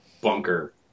bunker